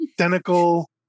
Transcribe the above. identical